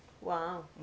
Wow